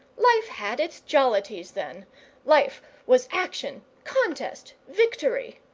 life had its jollities, then life was action, contest, victory!